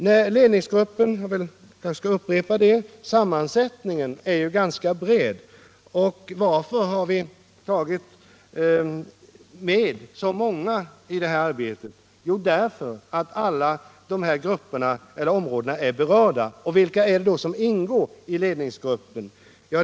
Jag kanske skall upprepa att ledningsgruppens sammansättning är ganska bred. Varför har vi tagit med så många i det här arbetet? Jo, för att alla dessa områden är berörda. Vilka är det då som ingår i ledningsgruppen?